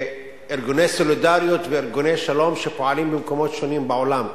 בארגוני סולידריות וארגוני שלום שפועלים במקומות שונים בעולם,